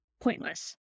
pointless